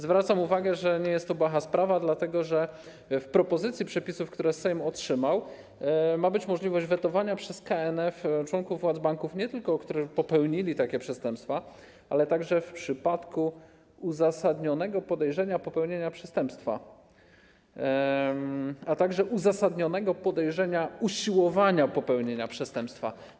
Zwracam uwagę, że nie jest to błaha sprawa, dlatego że według propozycji przepisów, które Sejm otrzymał, ma być możliwość wetowania przez KNF członków władz banków, którzy nie tylko popełnili takie przestępstwa, ale także w przypadku uzasadnionego podejrzenia popełnienia przestępstwa, a także uzasadnionego podejrzenia usiłowania popełnienia przestępstwa.